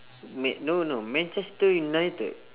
ma~ no no manchester united